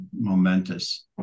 momentous